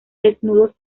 desnudos